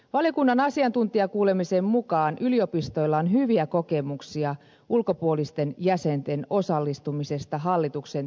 valiokunnan asiantuntijakuulemisen mukaan yliopistoilla on hyviä kokemuksia ulkopuolisten jäsenten osallistumisesta hallituksen työskentelyyn